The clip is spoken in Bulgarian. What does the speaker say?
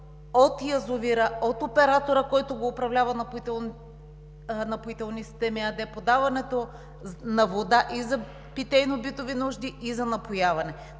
от язовира – от оператора, който го управлява, „Напоителни системи“ ЕАД, подаването на вода и за питейно-битови нужди, и за напояване.